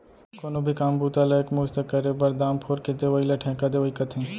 कोनो भी काम बूता ला एक मुस्त करे बर, दाम फोर के देवइ ल ठेका देवई कथें